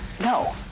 No